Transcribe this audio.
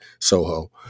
Soho